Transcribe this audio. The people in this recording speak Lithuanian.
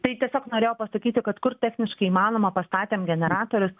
tai tiesiog norėjau pasakyti kad kur techniškai įmanoma pastatėm generatorius